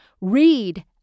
read